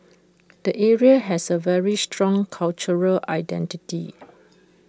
the area has A very strong cultural identity